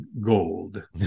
gold